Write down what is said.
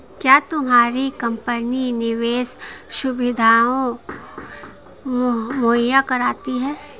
क्या तुम्हारी कंपनी निवेश सुविधायें मुहैया करवाती है?